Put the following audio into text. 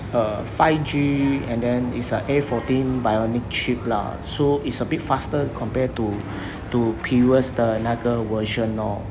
err five G and then is a A fourteen bionic chip lah so it's a bit faster compare to to previous 的那个 version lor